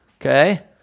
okay